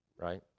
right